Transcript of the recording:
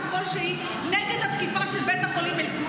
כלשהי נגד התקיפה של בית החולים אל-קודס.